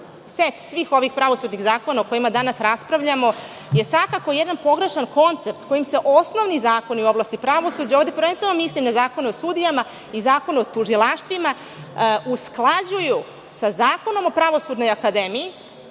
na set ovih pravosudnih zakona o kojima danas raspravljamo je svakako jedan pogrešan koncept kojim se osnovni zakoni u oblasti pravosuđa, ovde prvenstveno mislim na Zakon o sudijama i Zakon o tužilaštvima, usklađuju sa Zakonom o pravosudnoj akademiji.